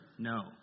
No